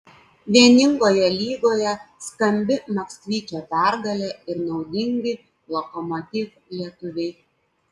vieningoje lygoje skambi maksvyčio pergalė ir naudingi lokomotiv lietuviai